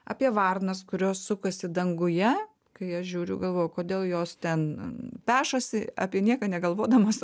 apie varnas kurios sukasi danguje kai aš žiūriu galvoju kodėl jos ten pešasi apie nieką negalvodamos